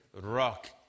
Rock